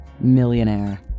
Millionaire